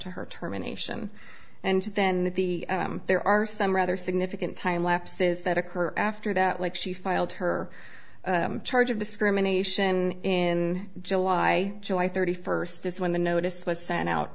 to her terminations and then there are some rather significant time lapses that occur after that like she filed her charge of discrimination in july july thirty first is when the notice was sent out